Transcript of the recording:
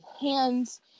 hands